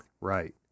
Right